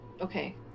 Okay